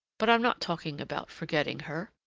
but i'm not talking about forgetting her.